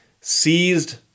seized